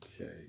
Okay